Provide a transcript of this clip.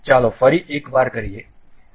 ચાલો ફરી એક વાર કરીએ